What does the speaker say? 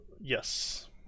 Yes